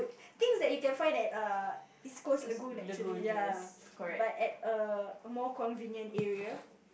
things that you can find at err East Coast Lagoon actually ya but at a more convenient area